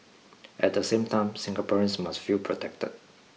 at the same time Singaporeans must feel protected